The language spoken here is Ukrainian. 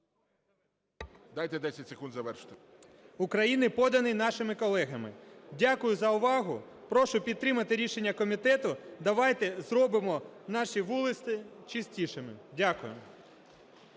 Дайте 10 секунд завершити. НЕСТЕРЕНКО К.О. …України, поданий нашими колегами. Дякую за увагу. Прошу підтримати рішення комітету, давайте зробимо наші вулиці чистішими. Дякую.